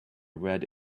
red